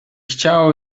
chciało